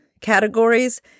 categories